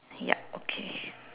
ya okay